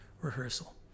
rehearsal